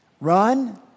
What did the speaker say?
Run